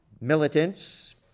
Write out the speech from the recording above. militants